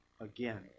again